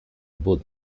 both